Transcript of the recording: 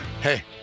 Hey